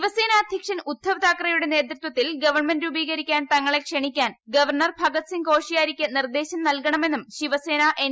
ശിവസേന അധ്യക്ഷൻ ഉദ്ധവ് താക്ക്ക്റെയുടെ നേതൃത്വത്തിൽ ഗവൺമെന്റ് രൂപീകരിക്കാൻ തങ്ങളെ ക്ഷണിക്കാൻ ഗവർണർ ഭഗത് സിംഗ് കോഷിയാരിക്ക് നിർദ്ദേശം ആൽകണമെന്നും ശിവസേന എൻ